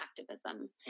activism